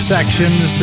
Sections